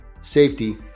safety